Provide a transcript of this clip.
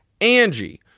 Angie